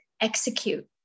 execute